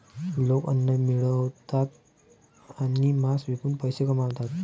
लोक अन्न मिळवतात आणि मांस विकून पैसे कमवतात